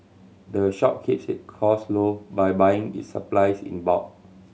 the shop keeps its cost low by buying its supplies in bulk